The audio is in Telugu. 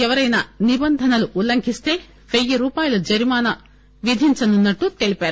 ఎవరైనా నిబంధనలు ఉల్లంఘిస్తే పెయ్యి రూపాయిల జరిమాన విధించనున్నట్లు తెలిపారు